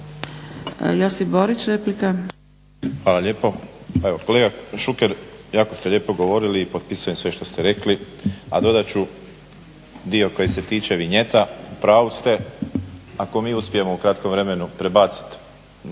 Josip (HDZ)** Hvala lijepo. Kolega Šuker jako ste lijepo govorili i potpisujem sve što ste rekli a dodat ću dio koji se tiče vinjeta. Upravu ste ako mi uspijemo u kratkom vremenu prebaciti,